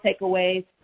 takeaways